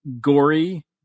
gory